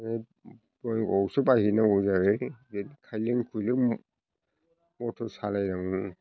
बे बङाइगावआवसो बायहैनांगौ जायो खायलें खुइलें मथर सालायलाङो